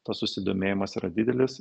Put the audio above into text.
tas susidomėjimas yra didelis